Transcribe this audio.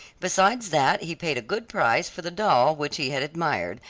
besides that he paid a good price for the doll which he had admired,